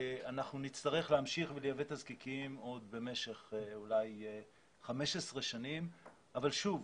אנחנו נצטרך להמשיך ולייבא תזקיקים אולי במשך עוד 15 שנים אבל שוב,